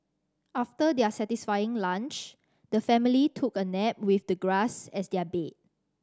after their satisfying lunch the family took a nap with the grass as their bed